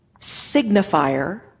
signifier